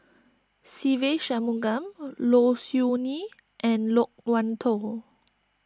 Se Ve Shanmugam Low Siew Nghee and Loke Wan Tho